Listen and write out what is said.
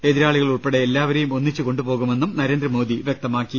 എതിരാളികൾ ഉൾപ്പെടെ എല്ലാവരെയും ഒന്നിച്ചുകൊണ്ടുപോകുമെന്നും പ്രധാ നമന്ത്രി വ്യക്തമാക്കി